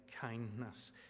kindness